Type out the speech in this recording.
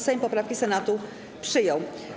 Sejm poprawki Senatu przyjął.